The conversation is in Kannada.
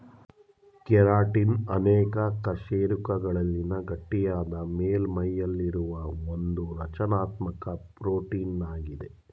ಕೆರಾಟಿನ್ ಅನೇಕ ಕಶೇರುಕಗಳಲ್ಲಿನ ಗಟ್ಟಿಯಾದ ಮೇಲ್ಮೈಯಲ್ಲಿರುವ ಒಂದುರಚನಾತ್ಮಕ ಪ್ರೋಟೀನಾಗಿದೆ